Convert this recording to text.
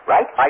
Right